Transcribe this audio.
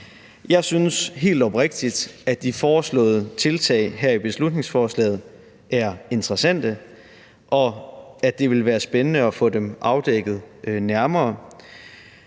Jeg synes helt oprigtigt, at de foreslåede tiltag her i beslutningsforslaget er interessante, og at det vil være spændende at få dem afdækket nærmere.